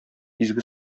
изге